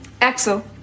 Axel